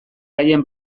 haien